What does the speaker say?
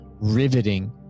riveting